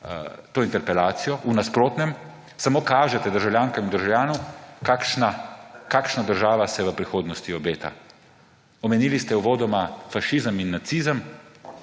to interpelacijo. V nasprotnem samo kažete državljankam in državljanom, kakšna država se v prihodnosti obeta. Omenili ste uvodoma fašizem in nacizem,